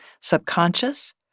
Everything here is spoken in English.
Subconscious